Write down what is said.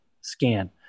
scan